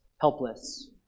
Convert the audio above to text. helpless